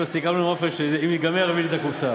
סיכמנו עם עפר שאם ייגמר הוא יביא לי את הקופסה.